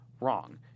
wrong